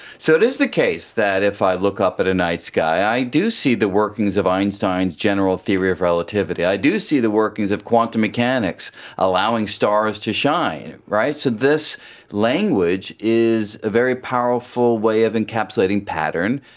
so it is the case that if i look up at a night sky i do see the workings of einstein's general theory of relativity, i do see the workings of quantum mechanics allowing stars to shine. so this language is a very powerful way of encapsulating pattern,